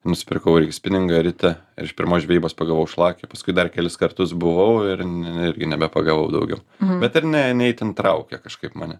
nusipirkau irgi spiningą ritę ir iš pirmos žvejybos pagavau šlakį paskui dar kelis kartus buvau ir ne irgi nebepagavau daugiau bet ir ne ne itin traukė kažkaip mane